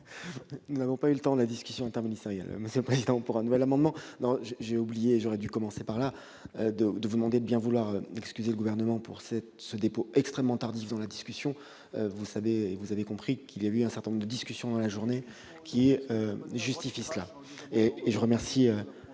Nous n'avons pas eu le temps de mener la discussion interministérielle, monsieur le président ... Plus sérieusement, j'ai oublié, et j'aurais dû commencer par là, de vous demander de bien vouloir excuser le Gouvernement pour ce dépôt d'amendement extrêmement tardif dans la discussion. Vous avez compris qu'il y avait eu un certain nombre de discussions dans la journée qui expliquaient cela. Je remercie M.